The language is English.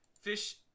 fish